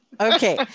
Okay